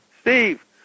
Steve